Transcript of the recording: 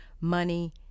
money